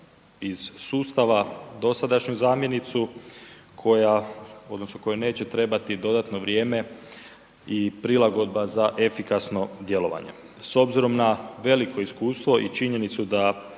iz sustava dosadašnju zamjenicu koja odnosno kojoj neće trebati dodatno vrijeme i prilagodba za efikasno djelovanje. S obzirom na veliko iskustvo i činjenicu da